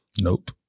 Nope